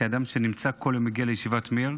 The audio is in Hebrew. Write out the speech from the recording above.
כאדם שנמצא כל יום ומגיע לישיבת מאיר,